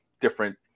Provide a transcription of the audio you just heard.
different